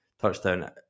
touchdown